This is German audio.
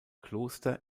kloster